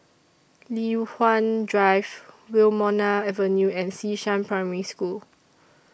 Li Hwan Drive Wilmonar Avenue and Xishan Primary School